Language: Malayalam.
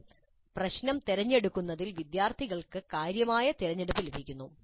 എന്നാൽ പ്രശ്നം തിരഞ്ഞെടുക്കുന്നതിൽ വിദ്യാർത്ഥികൾക്ക് കാര്യമായ തിരഞ്ഞെടുപ്പ് ലഭിക്കുന്നു